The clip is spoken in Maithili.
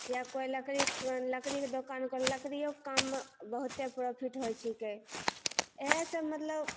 या कोइ लकड़ी लकड़ीके दोकान लकड़ियोके काममे बहुते प्रॉफिट होइ छिकै एहे से मतलब